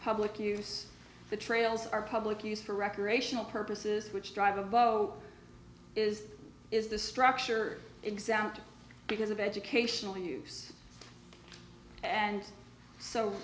public use the trails are public use for recreational purposes which drive is is the structure example because of educational use and so